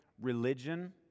religion